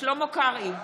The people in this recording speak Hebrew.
שלמה קרעי,